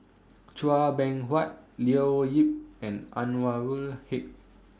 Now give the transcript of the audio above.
Chua Beng Huat Leo Yip and Anwarul Haque